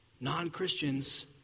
non-Christians